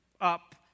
up